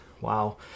Wow